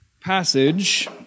passage